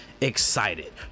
excited